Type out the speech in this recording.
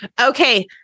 Okay